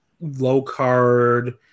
low-card